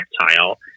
tactile